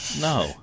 No